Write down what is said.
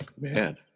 man